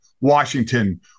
Washington